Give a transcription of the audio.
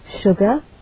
sugar